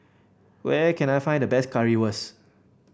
where can I find the best Currywurst